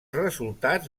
resultats